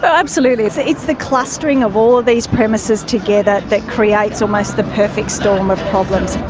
but absolutely. it's it's the clustering of all of these premises together that creates almost the perfect storm of problems.